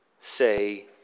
say